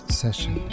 session